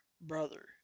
brother